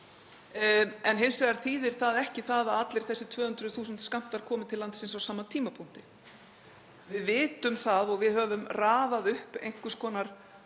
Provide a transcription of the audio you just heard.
En hins vegar þýðir það ekki að allir þessir 200.000 skammtar komi til landsins á sama tíma. Við vitum það og við höfum raðað upp einhvers konar